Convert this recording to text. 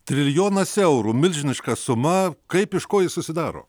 trilijonas eurų milžiniška suma kaip iš ko ji susidaro